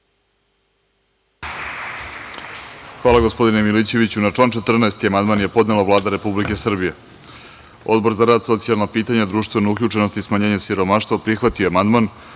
Hvala gospodine Milićeviću. Na član 14. amandman je podnela Vlada Republike Srbije. Odbor za rad, socijalna pitanja, društvenu uključenost i smanjenje siromaštva, prihvatio je